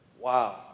Wow